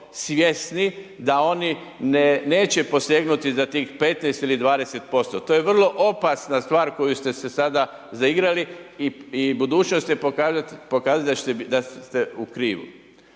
svjesni da oni neće posegnuti za tih 15 ili 20%, to je vrlo opasna stvar koju ste se sada zaigrali i budućnost će pokazati da ste u krivu.